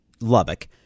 Lubbock